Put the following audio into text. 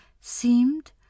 seemed